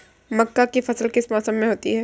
मक्का की फसल किस मौसम में होती है?